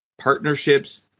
partnerships